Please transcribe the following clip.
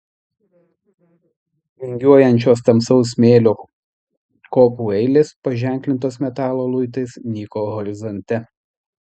vingiuojančios tamsaus smėlio kopų eilės paženklintos metalo luitais nyko horizonte